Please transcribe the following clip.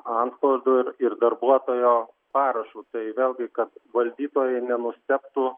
antspaudu ir darbuotojo parašu tai vėlgi kad valdytojai nenustebtų